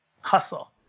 hustle